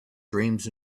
dreams